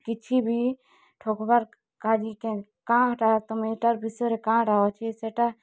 କିଛି ଭି ଠକ୍ବାର୍ କାଯେ କାଏଁ କାଆଁଟା ତମେ ଇଟାର୍ ବିଷୟରେ କାଆଁଟା ଅଛେ